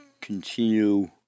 continue